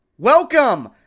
Welcome